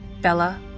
Bella